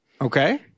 Okay